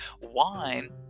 wine